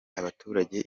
abaturajye